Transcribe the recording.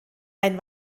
ein